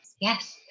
Yes